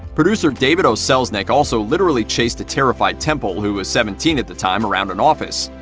producer david o. selznick also literally chased a terrified temple, who was seventeen at the time, around an office.